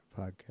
podcast